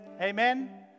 Amen